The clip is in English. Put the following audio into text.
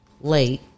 late